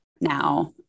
now